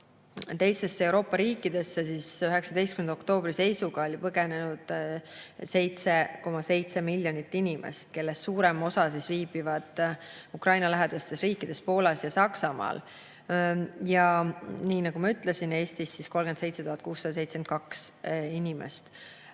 Teistesse Euroopa riikidesse oli 19. oktoobri seisuga põgenenud 7,7 miljonit inimest, kellest suurem osa viibib Ukraina-lähedastes riikides Poolas ja Saksamaal. Ja nagu ma ütlesin, Eestis on neid 37 672 inimest.